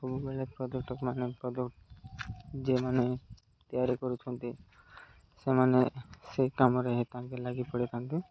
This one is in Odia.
ସବୁବେଳେ ପର୍ଯ୍ୟଟକ ମାନେ ଯେଉଁମାନେ ତିଆରି କରୁଛନ୍ତି ସେମାନେ ସେ କାମରେ ତାଙ୍କେ ଲାଗି ପଡ଼ିଥାନ୍ତି